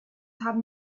haben